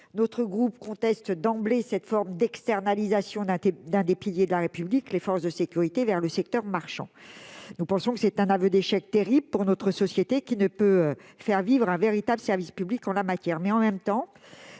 Notre groupe conteste d'emblée cette forme d'externalisation de l'un des piliers de la République, c'est-à-dire les forces de sécurité, vers le secteur marchand. Nous pensons que c'est un aveu d'échec terrible pour notre société, qui ne peut faire vivre un véritable service public en la matière.